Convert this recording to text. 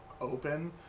open